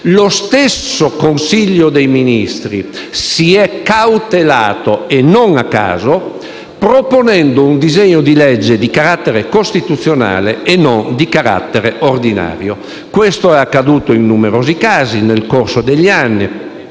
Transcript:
lo stesso Consiglio dei ministri si è cautelato - e non a caso - proponendo un disegno di legge di carattere costituzionale e non uno di carattere ordinario. Questo è accaduto in numerosi casi nel corso degli anni: